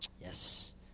Yes